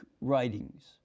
writings